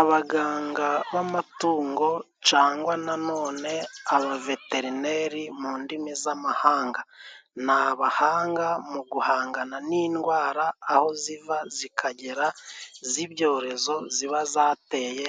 Abaganga b'amatungo cangwa na none abaveterineri mu ndimi z'amahanga, ni abahanga mu guhangana n'indwara aho ziva zikagera z'ibyorezo, ziba zateye